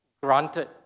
granted